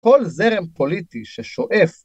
כל זרם פוליטי ששואף